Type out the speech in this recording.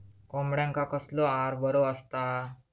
कोंबड्यांका कसलो आहार बरो असता?